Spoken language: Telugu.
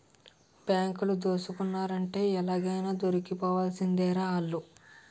బాంకులు దోసుకున్నారంటే ఎలాగైనా దొరికిపోవాల్సిందేరా ఆల్లు